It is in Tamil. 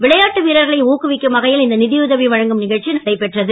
விளையாட்டு வீரர்களை ஊக்குவிக்கும் வகையில் இந்த நிதியுதவி வழங்கும் நகழ்ச்சி நடைபெற்றது